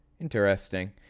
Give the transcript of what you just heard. Interesting